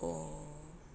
oh